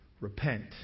Repent